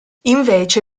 invece